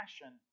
passion